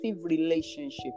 relationship